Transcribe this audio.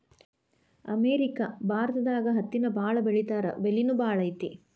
America ಭಾರತದಾಗ ಹತ್ತಿನ ಬಾಳ ಬೆಳಿತಾರಾ ಬೆಲಿನು ಬಾಳ ಐತಿ